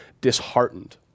disheartened